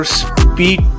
speed